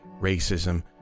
racism